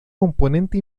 componente